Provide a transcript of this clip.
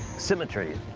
symmetry.